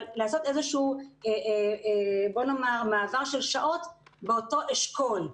לעשות איזשהו מעבר של שעות באותו אשכול.